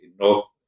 North